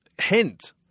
hint